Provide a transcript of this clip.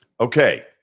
Okay